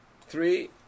Three